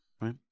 right